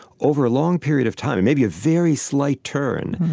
over a long period of time it may be a very slight turn,